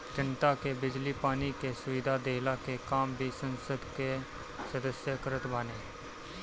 जनता के बिजली पानी के सुविधा देहला के काम भी संसद कअ सदस्य करत बाने